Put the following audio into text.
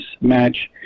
match